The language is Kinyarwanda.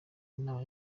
inama